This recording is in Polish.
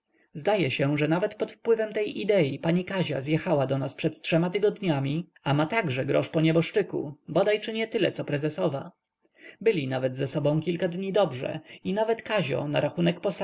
zdaje się że nawet pod wpływem tej idei pani kazia zjechała do nas przed trzema tygodniami a ma także grosz po nieboszczyku bodaj czy nietyle co prezesowa byli nawet ze sobą kilka dni dobrze i nawet kazio na rachunek posagu